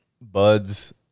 Bud's